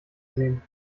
sehen